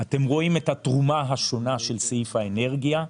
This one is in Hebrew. אתם רואים את התרומה השונה של סעיף האנרגיה.